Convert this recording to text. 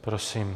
Prosím.